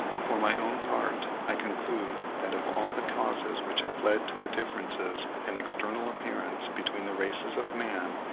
for my own part i conclude that of all the causes which have led to the differences in external appearance between the races of man,